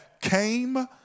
came